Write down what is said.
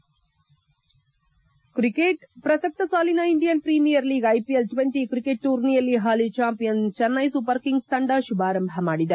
head ಪ್ರಸಕ್ತ ಸಾಲಿನ Indian premier league IPL twenty cricket ಟೂರ್ನಿಯಲ್ಲಿ ಪಾಲಿ ಚಾಂಪಿಯನ್ ಚೆನ್ನೈ ಸೂಪರ್ ಕಿಂಗ್ಸ್ ತಂಡ ಶುಭಾರಂಭ ಮಾಡಿದೆ